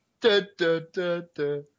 Da-da-da-da